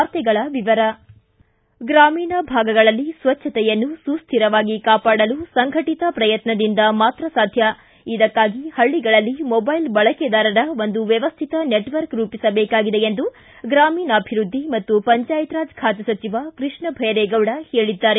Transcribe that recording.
ವಾರ್ತೆಗಳ ವಿವರ ಗ್ರಾಮೀಣ ಭಾಗಗಳಲ್ಲಿ ಸ್ವಚ್ಚತೆಯನ್ನು ಸುಸ್ತಿರವಾಗಿ ಕಾಪಾಡಲು ಸಂಘಟಿತ ಶ್ರಯತ್ನದಿಂದ ಮಾತ್ರ ಸಾಧ್ಯ ಇದಕ್ಕಾಗಿ ಹಳ್ಳಗಳಲ್ಲಿ ಮೊಬೈಲ್ ಬಳಕೆದಾರರ ಒಂದು ವ್ಯವ್ಯತ ನೆಚ್ವರ್ಕ ರೂಪಿಸಬೇಕಾಗಿದೆ ಎಂದು ಗ್ರಾಮೀಣಾಭಿವೃದ್ದಿ ಮತ್ತು ಪಂಚಾಯತ್ ರಾಜ್ ಖಾತೆ ಸಚಿವ ಕೃಷ್ಣ ಭೈರೇಗೌಡ ಹೇಳಿದ್ದಾರೆ